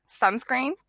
sunscreen